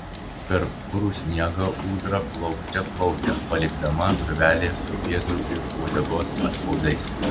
per purų sniegą ūdra plaukte plaukia palikdama griovelį su pėdų ir uodegos atspaudais